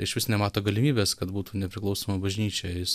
išvis nemato galimybės kad būtų nepriklausoma bažnyčia jis